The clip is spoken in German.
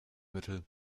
mittel